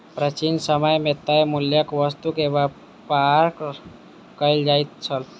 प्राचीन समय मे तय मूल्यक वस्तु के व्यापार कयल जाइत छल